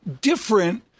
different